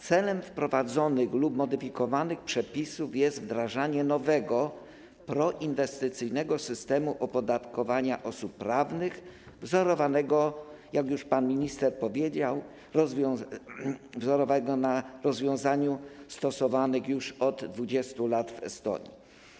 Celem wprowadzonych lub modyfikowanych przepisów jest wdrażanie nowego, proinwestycyjnego systemu opodatkowania osób prawnych wzorowanego, jak już pan minister powiedział, na rozwiązaniach stosowanych już od 20 lat w Estonii.